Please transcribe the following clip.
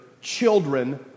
children